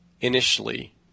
initially